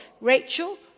Rachel